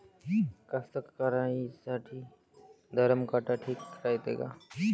कास्तकाराइसाठी धरम काटा ठीक रायते का?